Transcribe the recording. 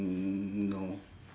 no